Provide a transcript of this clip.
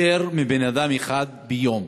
יותר מאדם אחד ביום,